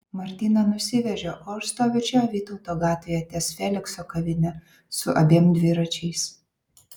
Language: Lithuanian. martyną nusivežė o aš stoviu čia vytauto gatvėje ties felikso kavine su abiem dviračiais